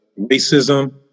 racism